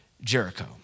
Jericho